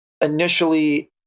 initially